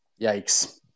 yikes